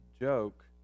joke